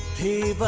he but